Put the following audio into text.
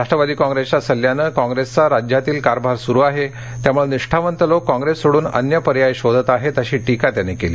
राष्ट्रवादी काँग्रेसच्या सल्ल्याने काँग्रेसचा राज्यातील कारभार सुरू आहे त्यामुळे निष्ठावंत लोक काँप्रेस सोडून अन्य पर्याय शोधत आहेत अशी टीका त्यांनी केली